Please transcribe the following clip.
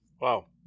Wow